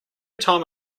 time